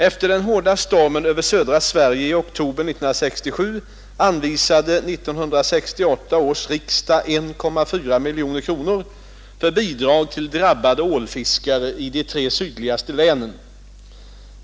Efter den hårda stormen över södra Sverige i oktober 1967 anvisade 1968 års riksdag 1,4 miljoner kronor för bidrag till drabbade ålfiskare i de tre sydligaste länen.